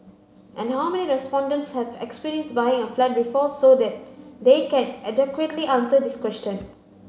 and how many respondents have experience buying a flat before so that they can adequately answer this question